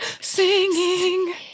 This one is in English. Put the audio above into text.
singing